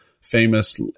famous